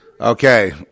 Okay